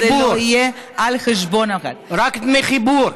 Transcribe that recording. שזה לא יהיה על חשבון, רק דמי חיבור.